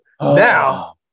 now